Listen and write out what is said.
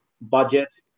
budgets